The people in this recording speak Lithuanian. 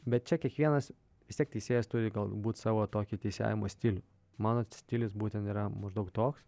bet čia kiekvienas vis tiek teisėjas turi galbūt savo tokį teisėjavimo stilių mano stilius būtent yra maždaug toks